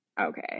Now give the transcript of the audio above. Okay